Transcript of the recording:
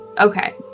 Okay